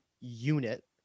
unit